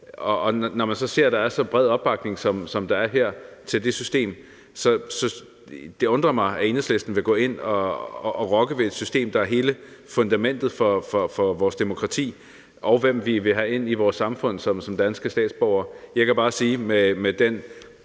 Når man så ser, at der er så bred opbakning, som der er her, til det system, så undrer det mig, at Enhedslisten vil gå ind og rokke ved det system, der er hele fundamentet for vores demokrati, i forbindelse med hvem vi vil have ind i vores danske samfund som danske statsborgere. Jeg kan bare med den